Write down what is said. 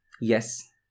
Yes